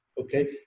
okay